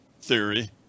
theory